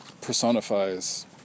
personifies